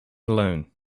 alone